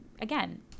again